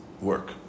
work